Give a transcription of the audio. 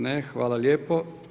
Ne, hvala lijepo.